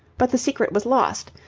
but the secret was lost,